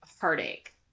heartache